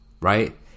right